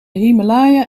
himalaya